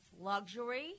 luxury